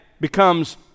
becomes